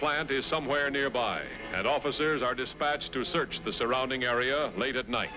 plant is somewhere nearby and officers are dispatched to search the surrounding area late at night